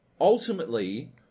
ultimately